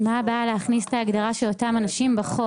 להלן תרגומם:( אז מה הבעיה להכניס את ההגדרה של אותם אנשים לחוק?